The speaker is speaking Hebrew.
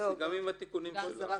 גם עם התיקונים שלו.